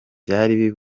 byari